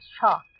shock